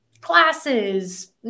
classes